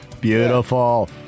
Beautiful